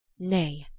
nay,